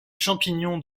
champignons